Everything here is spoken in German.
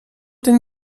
den